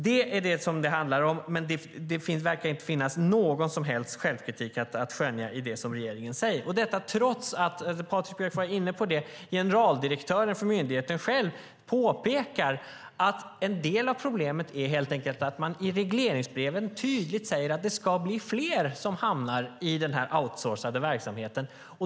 Det är det som det handlar om, men det verkar inte finnas någon som helst självkritik att skönja i det som regeringen säger - och detta trots det som Patrik Björck var inne på: Generaldirektören för myndigheten påpekar själv att en del av problemet helt enkelt är att man i regleringsbreven tydligt säger att det ska bli fler som hamnar i den outsourcade verksamheten.